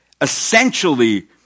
essentially